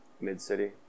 Mid-City